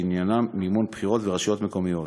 שעניינם מימון בחירות ברשויות המקומיות.